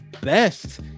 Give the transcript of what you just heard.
best